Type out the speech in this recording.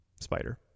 Spider